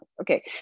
Okay